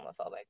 homophobic